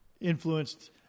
influenced